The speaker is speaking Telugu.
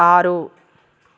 ఆరు